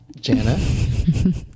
Jana